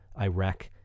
Iraq